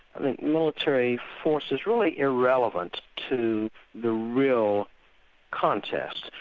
i think military force is really irrelevant to the real contest,